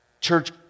church